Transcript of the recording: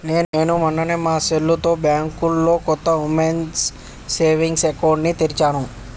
నేను మొన్ననే మా సెల్లుతో బ్యాంకులో కొత్త ఉమెన్స్ సేవింగ్స్ అకౌంట్ ని తెరిచాను